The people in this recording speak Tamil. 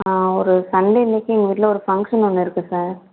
ஆ ஒரு சண்டே அன்றைக்கி எங்கள் வீட்டில் ஒரு பங்ஷன் ஒன்று இருக்கு சார்